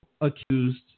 accused